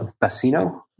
Bassino